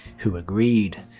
who agreed.